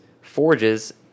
forges